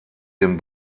den